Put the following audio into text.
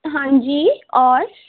ہاں جی اور